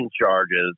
charges